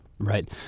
Right